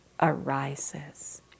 arises